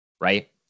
right